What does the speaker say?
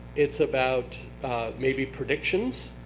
it's about maybe predictions.